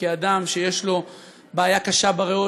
אדם שיש לו בעיה קשה בריאות,